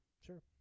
Sure